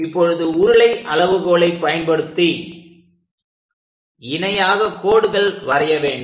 இப்பொழுது உருளை அளவுகோலை பயன்படுத்தி இணையாக கோடுகள் வரைய வேண்டும்